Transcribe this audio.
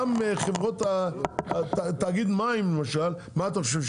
גם חברות, תאגיד מים למשל, מה אתם חושבים?